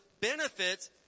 benefits